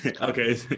Okay